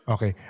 Okay